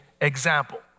example